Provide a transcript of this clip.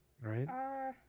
right